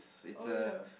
oh ya